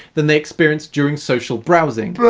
than they experienced during social browsing.